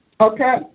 okay